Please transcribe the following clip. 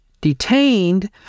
detained